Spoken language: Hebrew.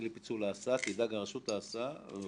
לפיצול ההסעה תדאג הרשות המקומית להסעה...".